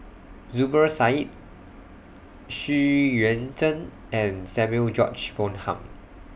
Zubir Said Xu Yuan Zhen and Samuel George Bonham